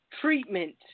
treatment